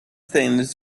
things